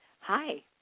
Hi